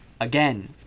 Again